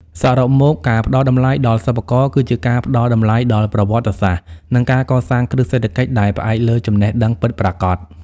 សរុបមក ការផ្ដល់តម្លៃដល់សិប្បករគឺជាការផ្ដល់តម្លៃដល់ប្រវត្តិសាស្ត្រ និងការកសាងគ្រឹះសេដ្ឋកិច្ចដែលផ្អែកលើចំណេះដឹងពិតប្រាកដ។